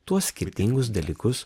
tuos skirtingus dalykus